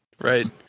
right